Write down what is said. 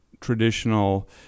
traditional